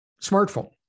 smartphone